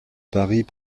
paris